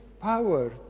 power